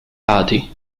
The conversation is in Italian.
lati